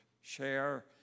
share